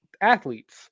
athletes